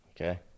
Okay